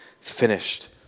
finished